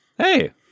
Hey